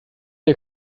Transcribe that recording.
der